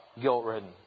guilt-ridden